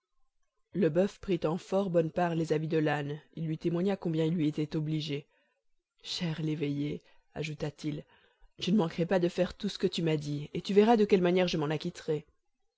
le boeuf prit en fort bonne part les avis de l'âne il lui témoigna combien il lui était obligé cher l'éveillé ajouta-til je ne manquerai pas de faire tout ce que tu m'as dit et tu verras de quelle manière je m'en acquitterai